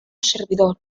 servidor